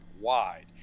wide